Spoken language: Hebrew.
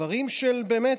דברים שבאמת,